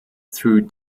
through